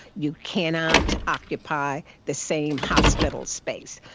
you cannot occupy the same hospital space.